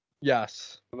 Yes